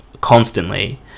constantly